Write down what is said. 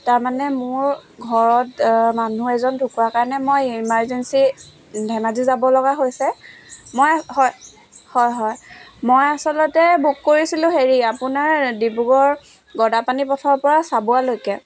তাৰমানে মোৰ ঘৰত মানুহ এজন ঢুকোৱাৰ কাৰণে মই ইমাৰ্জিঞ্চি ধেমাজি যাব লগা হৈছে মই হয় হয় হয় মই আছলতে বুক কৰিছিলোঁ হেৰি আপোনাৰ ডিব্ৰুগড় গদাপাণি পথৰপৰা চাবুৱালৈকে